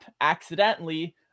accidentally